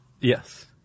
yes